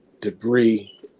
Debris